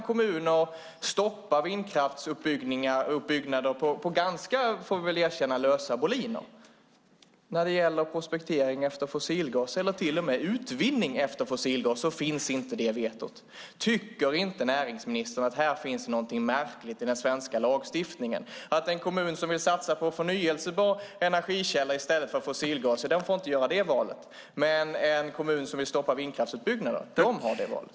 Kommuner kan stoppa vindkraftsuppbyggnader på ganska lösa boliner - det får vi väl erkänna. När det gäller prospektering för fossilgas eller till och med utvinning av fossilgas finns inte detta veto. Tycker inte näringsministern att det finns någonting märkligt i den svenska lagstiftningen här? En kommun som vill satsa på en förnybar energikälla i stället för fossilgas får inte göra detta val. Men en kommun som vill stoppa vindkraftsutbyggnaden har valet.